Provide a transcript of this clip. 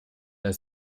der